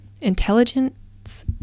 intelligence